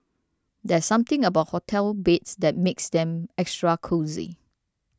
there's something about hotel beds that makes them extra cosy